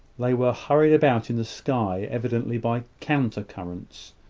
they were hurried about in the sky, evidently by counter currents.